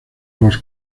los